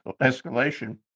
escalation